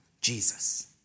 Jesus